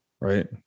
right